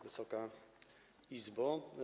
Wysoka Izbo!